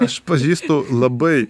aš pažįstu labai